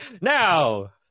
Now